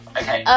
okay